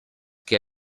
que